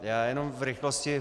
Já jenom v rychlosti.